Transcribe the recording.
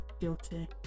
guilty